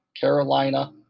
Carolina